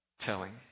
telling